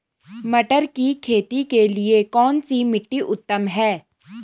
मटर की खेती के लिए कौन सी मिट्टी उत्तम है?